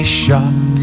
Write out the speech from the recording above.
shock